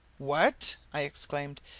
what? i exclaimed.